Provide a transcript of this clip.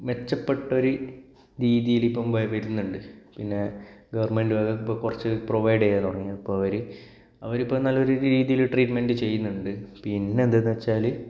മെച്ചപ്പെട്ട ഒരു രീതിയില് ഇപ്പോൾ വരുന്നുണ്ട് പിന്നെ ഗവർമെന്റ്കളും ഇപ്പോൾ കുറച്ചു പ്രൊവൈഡ് ചെയ്യാൻ തുടങ്ങിയിരുന്നു ഇപ്പോൾ അവര് അവരിപ്പോൾ നല്ല രീതിയില് ട്രീറ്റ്മെൻറ് ചെയ്യുന്നുണ്ട് പിന്നെ എന്താന്ന് വെച്ചാല്